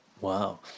Wow